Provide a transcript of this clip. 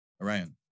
Orion